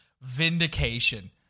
vindication